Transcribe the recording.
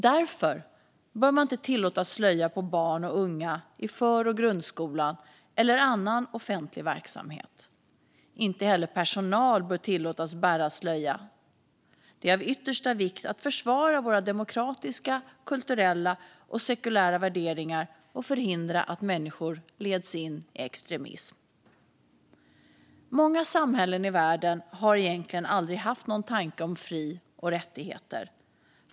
Därför bör man inte tillåta slöja på barn och unga i för och grundskolan eller annan offentlig verksamhet. Inte heller personal bör tillåtas bära slöja. Det är av yttersta vikt att försvara våra demokratiska, kulturella och sekulära värderingar och förhindra att människor leds in i extremism. Många samhällen i världen har egentligen aldrig haft någon tanke om fri och rättigheter.